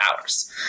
hours